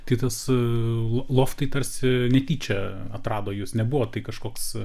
tai tas lo loftai tarsi netyčia atrado jus nebuvo tai kažkoks